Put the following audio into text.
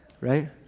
Right